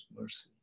mercy